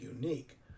unique